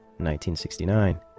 1969